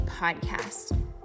podcast